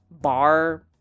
bar